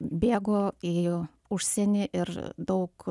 bėgo į užsienį ir daug